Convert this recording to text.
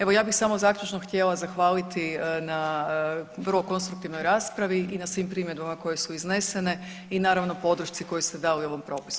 Evo ja bih samo zaključno htjela zahvaliti na prvo konstruktivnoj raspravi i na svim primjedbama koje su iznesene i naravno podršci koju ste dali ovom propisu.